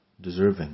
deserving